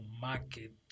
market